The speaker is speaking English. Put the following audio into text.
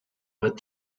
what